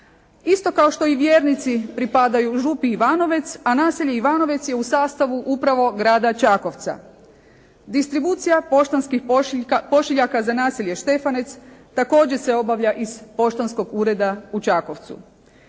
isto kao što i vjernici pripadaju župi Ivanovec, a naselje Ivanovec je u sastavu upravo grada Čakovca. Distribucija poštanskih pošiljaka za naselje Štefaneca također se obavlja iz poštanskog ureda u Čakovcu.